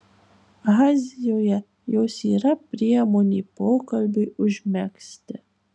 azijoje jos yra priemonė pokalbiui užmegzti